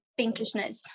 pinkishness